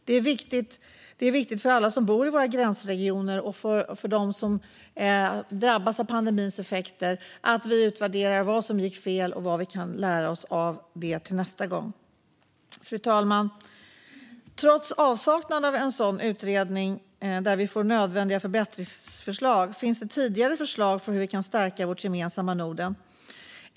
Det är viktigt för alla som bor i våra gränsregioner och för dem som drabbats av pandemins effekter att vi utvärderar vad som gick fel och vad vi kan lära oss av det till nästa gång. Fru talman! Trots avsaknaden av en sådan utredning, där vi får nödvändiga förbättringsförslag, finns det tidigare förslag om hur vi kan stärka vårt gemensamma Norden.